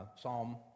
Psalm